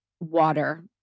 water